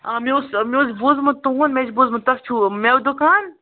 آ مےٚ اوس مےٚ اوس بوٗزمُت تُہٕنٛد مےٚ چھ بوٗزمُت تۄہہِ چھُو میٚوٕ دُکان